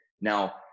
Now